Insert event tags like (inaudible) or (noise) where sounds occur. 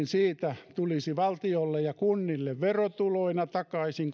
(unintelligible) siitä tulisi valtiolle ja kunnille verotuloina takaisin (unintelligible)